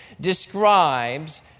describes